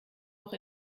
noch